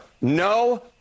No